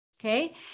Okay